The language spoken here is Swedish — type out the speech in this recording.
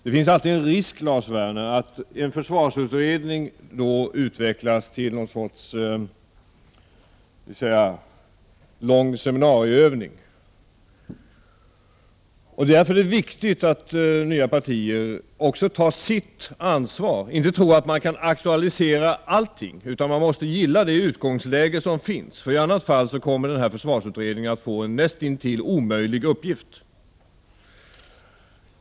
Det finns alltid en risk, Lars Werner, att en försvarsutredning då utvecklas till ett slags lång seminarieövning. Därför är 29 det viktigt att nya partier också tar sitt ansvar och inte tror att man kan aktualisera allting utan måste ”gilla” det utgångsläge som finns. I annat fall kommer försvarsutredningen att få en näst intill omöjlig uppgift.